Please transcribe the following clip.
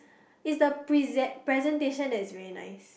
is the present presentation that is very nice